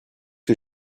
que